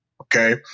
okay